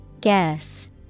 Guess